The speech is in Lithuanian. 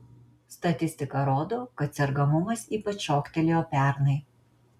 statistika rodo kad sergamumas ypač šoktelėjo pernai